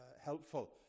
helpful